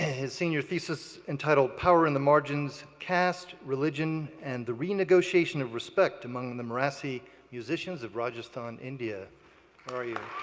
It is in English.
his senior thesis entitled power in the margins caste, religion, and the renegotiation of respect among the merasi musicians of rajasthan, india. where are you?